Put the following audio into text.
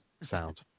sound